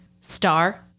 star